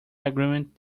agreement